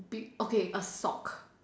be okay a sock